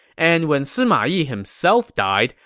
and when sima yi himself died,